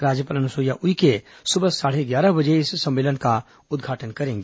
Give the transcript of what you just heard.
राज्यपाल अनुसुईया उइके सुबह साढ़े ग्यारह बजे इस सम्मेलन का उद्घाटन करेंगी